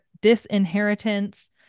disinheritance